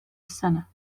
السنة